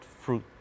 fruit